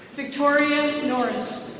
victoria norris.